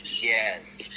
Yes